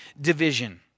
division